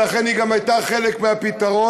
ולכן היא גם הייתה חלק מהפתרון,